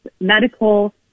medical